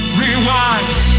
rewind